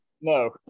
No